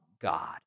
God